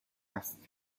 است